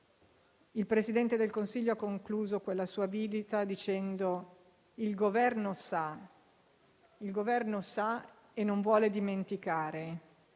Il Presidente del Consiglio ha concluso quella sua visita dicendo che il Governo sa e non vuole dimenticare.